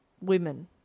Women